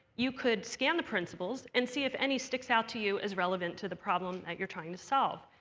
you could scan the principles and see if any sticks out to you as relevant to the problem that you're trying to solve.